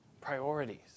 priorities